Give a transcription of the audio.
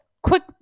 Quick